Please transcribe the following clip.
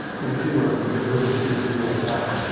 you can see where we can get really confused really fast.